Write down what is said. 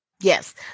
yes